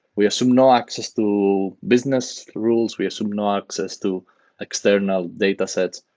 we assume no access to business rules. we assume no access to external datasets.